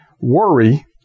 Worry